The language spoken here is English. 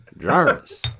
Jarvis